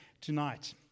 tonight